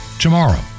tomorrow